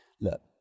look